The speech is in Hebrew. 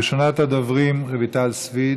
ראשונת הדוברים, רויטל סויד,